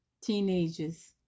teenagers